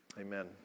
Amen